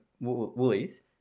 Woolies